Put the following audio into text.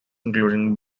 including